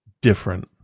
different